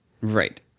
right